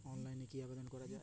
অনলাইনে কি আবেদন করা য়ায়?